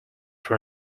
from